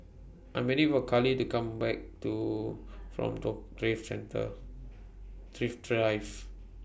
I'm waiting For Karly to Come Back to from Thrift Centre Thrift Drive